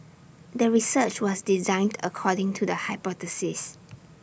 the research was designed according to the hypothesis